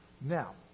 Now